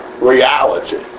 reality